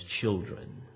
children